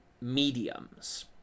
mediums